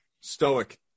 stoic